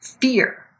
fear